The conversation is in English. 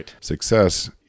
success